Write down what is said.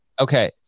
Okay